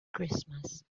christmas